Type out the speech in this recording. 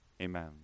Amen